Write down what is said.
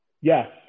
Yes